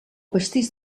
pastís